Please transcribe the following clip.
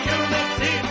unity